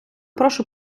прошу